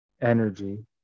energy